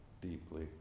deeply